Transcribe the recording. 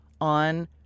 on